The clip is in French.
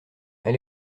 elle